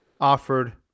offered